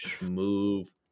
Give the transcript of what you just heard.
move